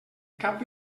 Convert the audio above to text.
cap